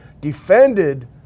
defended